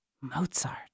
Mozart